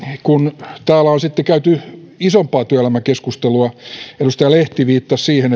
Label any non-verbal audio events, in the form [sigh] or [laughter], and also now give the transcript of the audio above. kun täällä on sitten käyty isompaa työelämäkeskustelua edustaja lehti viittasi siihen [unintelligible]